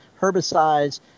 herbicides